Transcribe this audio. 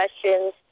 questions